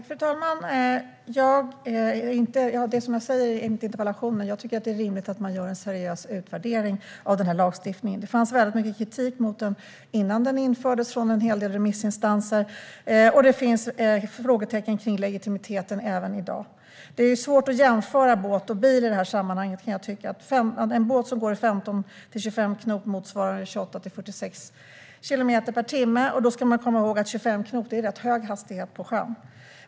Fru talman! Som jag sa i min interpellation är det rimligt att man gör en seriös utvärdering av lagstiftningen. Det kom mycket kritik mot den från en hel del remissinstanser innan den infördes. Det finns även i dag frågetecken om legitimiteten. Det är svårt att jämföra båt och bil i detta sammanhang, kan jag tycka. Om en båt går i 15-25 knop motsvarar det 28-46 kilometer per timme. Då ska man komma ihåg att 25 knop är en rätt hög hastighet på sjön.